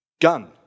gun